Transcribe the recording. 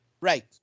Right